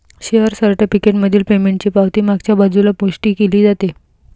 share certificate मधील पेमेंटची पावती मागच्या बाजूला पुष्टी केली जाते